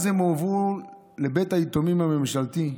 אז הן הועברו לבית היתומים הממשלתי,